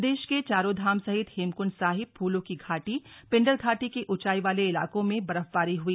प्रदेश के चारों धाम सहित हेमकुंड साहिब फूलों की घाटी पिंडर घाटी के ऊंचाई वाले इलाकों में बर्फबारी हुई